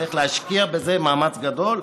צריך להשקיע בזה מאמץ גדול.